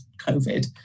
COVID